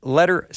Letter